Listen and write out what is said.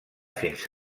fins